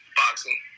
boxing